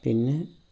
പിന്നെ